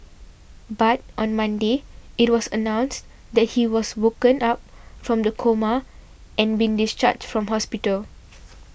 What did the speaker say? but on Monday it was announced that he has woken up from the coma and been discharged from hospital